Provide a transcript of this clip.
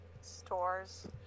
stores